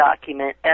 document